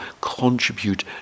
contribute